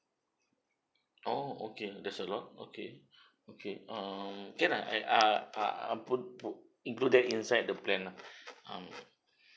oh okay that's a lot okay okay um then I ah ah pu~ pu~ included inside the plan lah um